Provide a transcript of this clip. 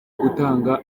gutanga